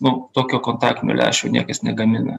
nu tokio kontaktinio lęšio niekas negamina